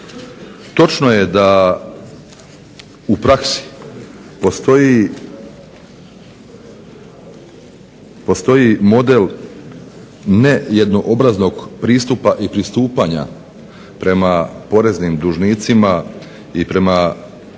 Točno je da u praksi postoji model ne jednoobraznog pristupa i pristupanja prema poreznim dužnicima i prema